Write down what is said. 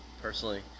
personally